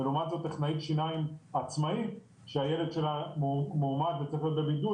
ולעומת זאת טכנאית שיניים עצמאית שהילד שלה מאומת וצריך להיות בידוד,